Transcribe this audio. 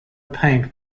paint